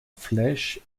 flèche